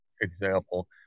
example